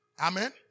Amen